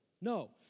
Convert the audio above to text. No